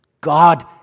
God